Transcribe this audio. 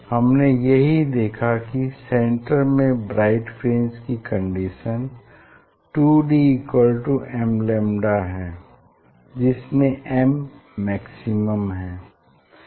हमने यही देखा कि सेन्टर में ब्राइट फ्रिंज की कंडीशन 2d mलैम्डा है जिसमे m मैक्सिमम है